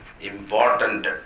important